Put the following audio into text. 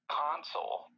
console